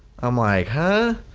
i'm like huh,